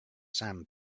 sand